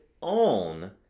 on